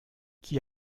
qui